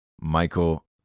Michael